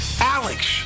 Alex